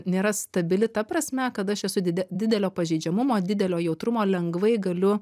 nėra stabili ta prasme kad aš esu dide didelio pažeidžiamumo didelio jautrumo lengvai galiu